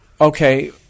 Okay